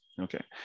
Okay